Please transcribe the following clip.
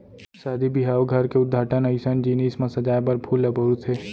सादी बिहाव, घर के उद्घाटन अइसन जिनिस म सजाए बर फूल ल बउरथे